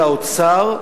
של האוצר,